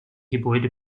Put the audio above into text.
gebäude